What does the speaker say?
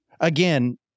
again